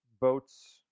votes